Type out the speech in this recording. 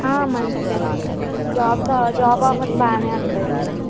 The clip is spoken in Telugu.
మంచిదేనండి జాబ్ జాబ్ ఆఫర్స్ బాగానే ఉంటాయండి